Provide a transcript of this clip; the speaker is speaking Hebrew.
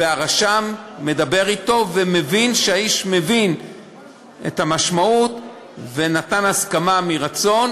והרשם מדבר אתו ומבין שהאיש מבין את המשמעות ונתן הסכמה מרצון,